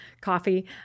coffee